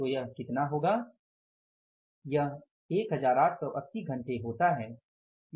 तो यह कितना होगा 1880 घंटे होता है